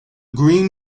green